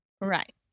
Right